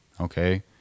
okay